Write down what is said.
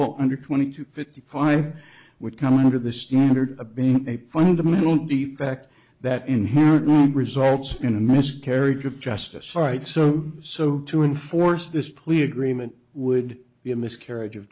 e under twenty two fifty five would come under the standard of being a fundamental defect that inherently results in a miscarriage of justice right so so to enforce this plea agreement would be a miscarriage of